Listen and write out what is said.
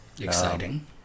Exciting